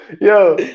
yo